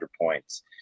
points